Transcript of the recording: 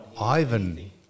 Ivan